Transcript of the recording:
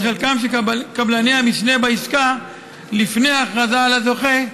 חלקם של קבלני המשנה בעסקה לפני הכרזה על הזוכה,